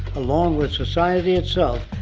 along with society itself.